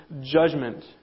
judgment